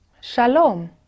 shalom